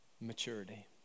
maturity